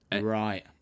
Right